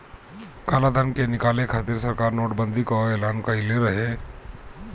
कालाधन के निकाले खातिर सरकार नोट बंदी कअ एलान कईले रहे